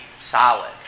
solid